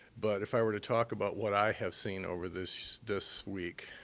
but if i were to talk about what i have seen over this this week.